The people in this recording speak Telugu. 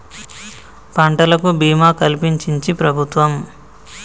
పంటలకు భీమా కలిపించించి ప్రభుత్వం